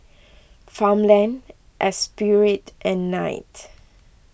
Farmland Espirit and Knight